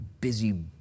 busy